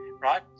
right